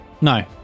no